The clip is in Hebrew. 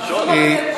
ככה זה?